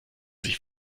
sich